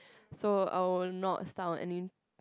so I will not start on any